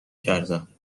کردم